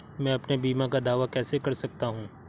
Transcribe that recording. मैं अपने बीमा का दावा कैसे कर सकता हूँ?